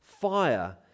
Fire